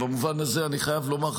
במובן הזה אני חייב לומר,